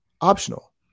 optional